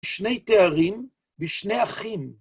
שני תארים לשני אחים.